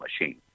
machine